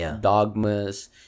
dogmas